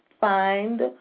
find